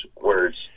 words